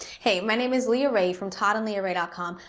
hey, my name is leahrae from toddandleahrae ah com.